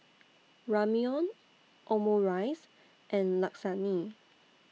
Ramyeon Omurice and Lasagne